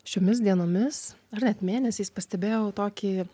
šiomis dienomis ar net mėnesiais pastebėjau tokį